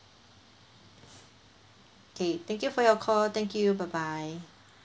okay thank you for your call thank you bye bye